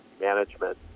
management